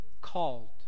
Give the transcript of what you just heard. called